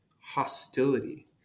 hostility